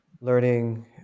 learning